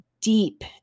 deep